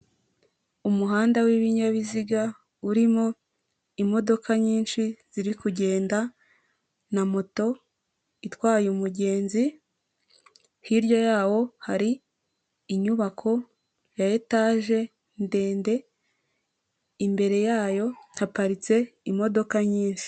Umuhanda w'ibinyabiziga urimo imodoka nyinshi ziri kugenda na moto itwaye umugenzi, hirya yawo hari inyubako ya etaje ndende, imbere yayo haparitse imodoka nyinshi.